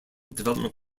development